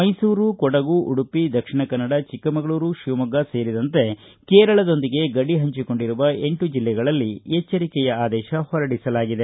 ಮೈಸೂರು ಕೊಡಗು ಉಡುಪಿ ದಕ್ಷಿಣ ಕನ್ನಡ ಚಿಕ್ಕಮಗಳೂರು ಶಿವಮೊಗ್ಗ ಸೇರಿದಂತೆ ಕೇರಳದೊಂದಿಗೆ ಗಡಿ ಹಂಚಿಕೊಂಡಿರುವ ಎಂಟು ಜಿಲ್ಲೆಗಳಲ್ಲಿ ಎಚ್ಚರಿಕೆಯ ಆದೇಶ ಹೊರಡಿಸಲಾಗಿದೆ